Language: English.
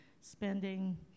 spending